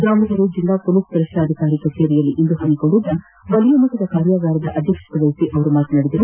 ದಾವಣಗೆರೆಯ ಜಿಲ್ಲಾ ಪೊಲೀಸ್ ವರಿಷ್ಠಾಧಿಕಾರಿಗಳ ಕಚೇರಿಯಲ್ಲಿಂದು ಹಮ್ಮಿಕೊಂಡಿದ್ದ ವಲಯ ಮಟ್ಟದ ಕಾರ್ಯಾಗಾರದ ಅಧ್ಯಕ್ಷತೆ ವಹಿಸಿ ಅವರು ಮಾತನಾಡಿದರು